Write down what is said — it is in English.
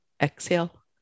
Exhale